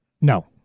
No